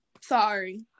sorry